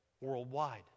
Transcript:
worldwide